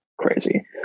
Crazy